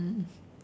mm